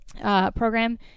program